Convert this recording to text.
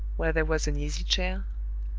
where there was an easy-chair,